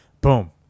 boom